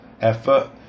effort